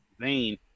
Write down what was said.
vein